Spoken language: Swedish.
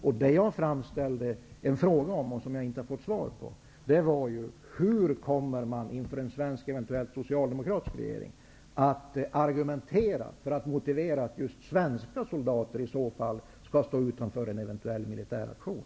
Vad jag ställde en fråga om, och den har jag för övrigt inte fått något svar på, gällde: Hur kommer man inför en eventuell svensk socialdemokratisk regering att argumentera för att motivera att just svenska soldater i så fall skall stå utanför en eventuell militär aktion?